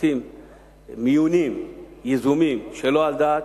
כשעושים מיונים יזומים שלא על דעת,